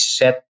set